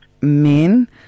men